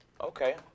Okay